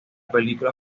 película